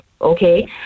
okay